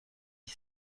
dix